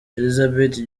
elizabeth